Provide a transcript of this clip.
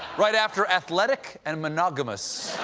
right after athletic and monogamous.